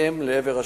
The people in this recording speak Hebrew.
מהם לעבר השני.